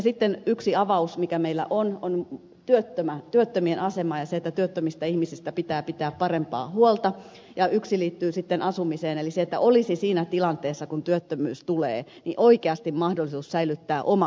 sitten yksi avaus mikä meillä on liittyy työttömien asemaan ja siihen että työttömistä ihmisistä pitää pitää parempaa huolta ja yksi liittyy sitten asumiseen eli siihen että olisi siinä tilanteessa kun työttömyys tulee oikeasti mahdollisuus säilyttää oma koti